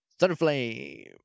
Thunderflame